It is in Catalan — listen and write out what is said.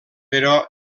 però